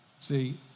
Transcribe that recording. See